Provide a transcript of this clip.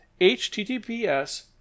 https